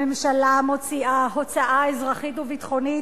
הממשלה מוציאה הוצאה אזרחית וביטחונית,